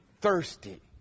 thirsty